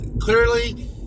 clearly